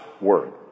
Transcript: word